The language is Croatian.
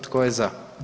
Tko je za?